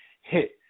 hit